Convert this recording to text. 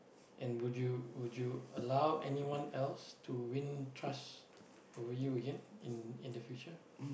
and would you would you allow anyone else to win trust over you again in in the future